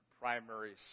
primary